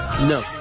No